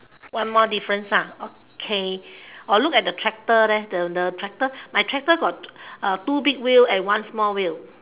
one more difference ah okay or look at the tractor there the the tractor my tractor got uh two big wheel and one small wheel